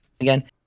again